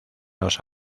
los